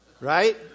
right